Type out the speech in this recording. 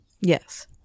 Yes